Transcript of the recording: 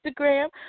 Instagram